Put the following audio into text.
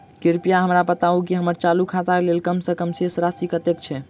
कृपया हमरा बताबू की हम्मर चालू खाता लेल कम सँ कम शेष राशि कतेक छै?